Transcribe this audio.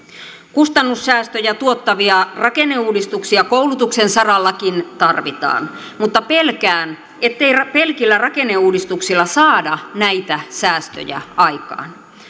kustannussäästöjä tuottavia rakenneuudistuksia koulutuksen sarallakin tarvitaan mutta pelkään ettei pelkillä rakenneuudistuksilla saada näitä säästöjä aikaan